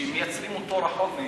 שמייצרים אותו רחוק.